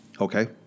Okay